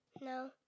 No